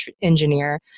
engineer